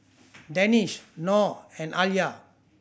Danish Noh and Alya